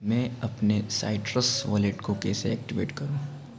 मैं अपने citrus wallet को कैसे ऐक्टिवेट करूँ